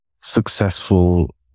successful